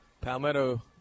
Palmetto